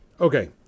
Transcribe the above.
Okay